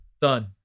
Done